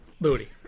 Booty